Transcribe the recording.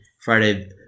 Friday